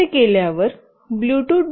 असे केल्यावर ब्लूटूथ